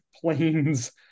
planes